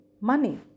money